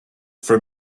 from